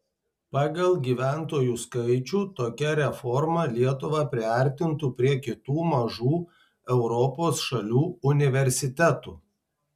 pagal gyventojų skaičių tokia reforma lietuvą priartintų prie kitų mažų europos šalių universitetų